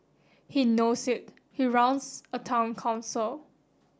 he knows it he runs a Town Council